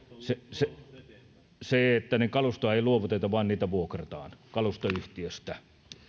kalustoa ei luovuteta vaan sitä vuokrataan kalustoyhtiöstä